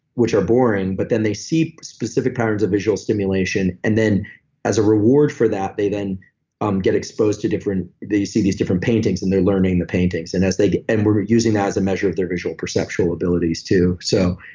which are boring, but then they see specific patterns of visual stimulation, and then as a reward for that, they then um get exposed to different. they see these different paintings, and they're learning the paintings. and as they get. and we're using that as a measure of their visual perceptual abilities too, so